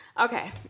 okay